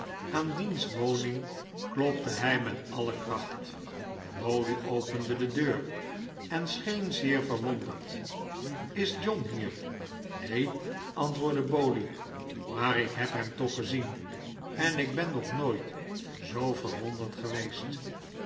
aan dienswoning klopte hij met alle kracht bowley opende de deur en scheen zeer verwonderd is john hier neen antwoordde bowley maar ik heb hem toch gezien en ben nog nooit zoo verwonderd geweest